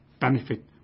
benefit